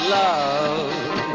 love